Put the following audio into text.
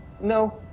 No